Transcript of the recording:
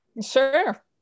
Sure